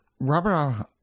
Robert